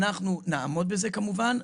אנחנו נעמוד בזה כמובן,